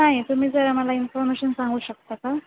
नाही तुम्ही जर आम्हाला इन्फॉर्मेशन सांगू शकता का